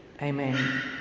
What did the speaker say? Amen